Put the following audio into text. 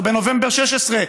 או בנובמבר 2016,